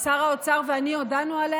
גם הנכים ישלמו יותר, שר האוצר ואני הודענו עליה.